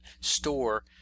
store